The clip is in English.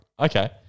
Okay